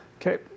Okay